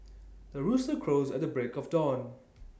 the rooster crows at the break of dawn